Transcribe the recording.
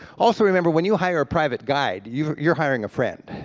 also remember, when you hire private guide you you're hiring a friend.